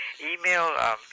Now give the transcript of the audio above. email